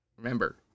Remember